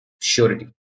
surety